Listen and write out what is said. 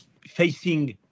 facing